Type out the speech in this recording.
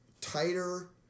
tighter